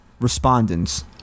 respondents